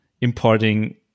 importing